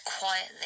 quietly